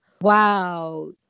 wow